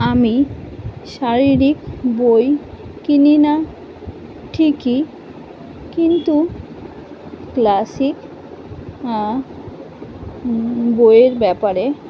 আমি শারীরিক বই কিনি না ঠিকই কিন্তু ক্লাসিক বইয়ের ব্যাপারে